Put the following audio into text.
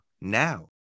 now